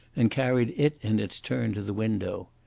and carried it in its turn to the window.